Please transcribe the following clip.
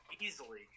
easily